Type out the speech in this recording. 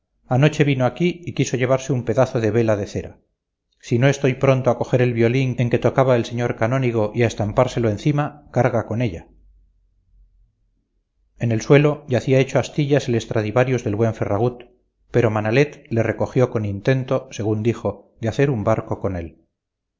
anoche vino aquí y quiso llevarse un pedazo de vela de cera si no estoy pronto a coger el violín en que tocaba el señor canónigo y a estampárselo encima carga con ella en el suelo yacía hecho astillas el estradivarius del buen ferragut pero manalet le recogió con intento según dijo de hacer un barco con él